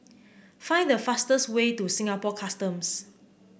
find the fastest way to Singapore Customs